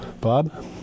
Bob